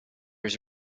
his